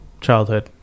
childhood